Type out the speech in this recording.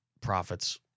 profits